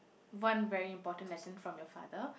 one very important lesson from your father